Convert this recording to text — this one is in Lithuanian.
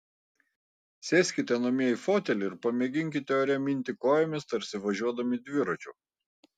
sėskite namie į fotelį ir pamėginkite ore minti kojomis tarsi važiuodami dviračiu